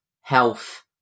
health